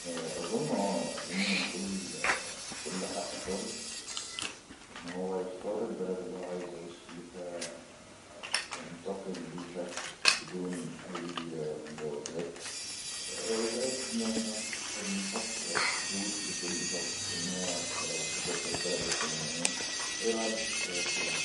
اظن اه اظن من كل حق فرض انه يختار البلد اللي هو عايز يعيش فيها او ينتقل ليها بدون اي مجاوزات اذا قد نح- نحط حدود لكل شخص انه هو انت لو سفرت البلد الفلونية هيبعليك فروض